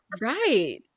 Right